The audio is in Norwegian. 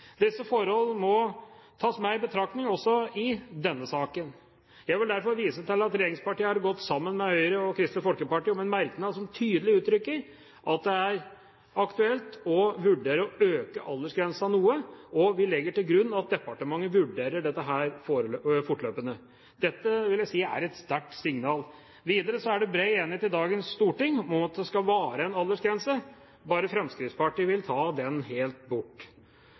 Disse forholdene må tas i betraktning også i denne saken. Jeg vil derfor vise til at regjeringspartiene har gått sammen med Høyre og Kristelig Folkeparti om en merknad som tydelig uttrykker at det er aktuelt å vurdere å øke aldersgrensen noe, og vi legger til grunn at departementet vurderer dette fortløpende. Dette vil jeg si er et sterkt signal. Videre er det bred enighet i dagens storting om at det skal være en aldersgrense. Bare Fremskrittspartiet vil ta den helt bort.